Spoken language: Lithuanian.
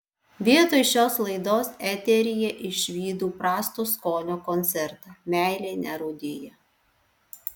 vietoj šios laidos eteryje išvydau prasto skonio koncertą meilė nerūdija